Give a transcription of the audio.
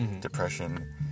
depression